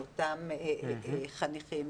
מאותם בני חניכים,